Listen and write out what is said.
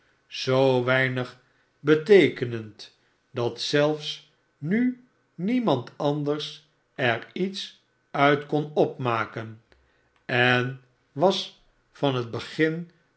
zoo weinig beteekenend dat zelfs nu niemand anders er iets uit kon opmaken en was van het begin